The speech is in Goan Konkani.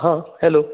आं हॅलो